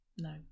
No